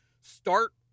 start